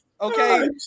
okay